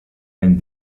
and